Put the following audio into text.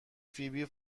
فیبی